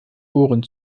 ohren